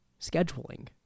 Scheduling